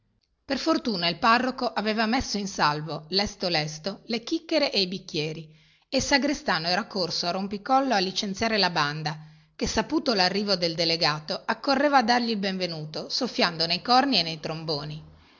per fortuna il parroco aveva messo in salvo lesto lesto le chicchere e i bicchieri e il sagrestano era corso a rompicollo a licenziare la banda che saputo larrivo del delegato accorreva a dargli il benvenuto soffiando nei corni e nei tromboni